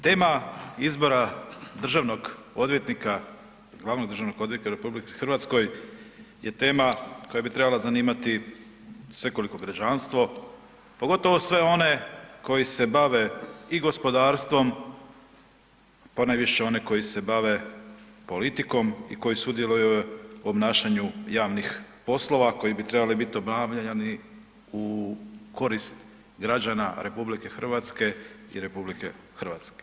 Tema izbora državnog odvjetnika, glavnog državnog odvjetnika u RH je tema koja bi trebala zanimati svekoliko građanstvo, pogotovo sve one koji se bave i gospodarstvom ponajviše one koji se bave politikom i koji sudjeluju u obnašanju javnih poslova koji bi trebali biti obavljani u korist građana RH i RH.